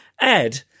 Ed